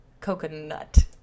Coconut